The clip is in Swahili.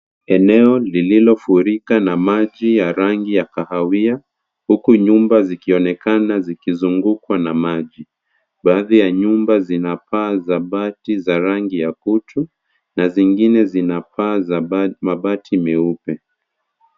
Eneo lililofurika na maji ya rangi ya kahawia huku nyumba zikionekana zikizungukwa na maji. Baadhi ya nyumba zina paa za bati za rangi ya kutu na zingine zina paa za mabati meupe.